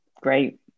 great